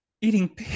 eating